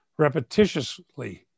repetitiously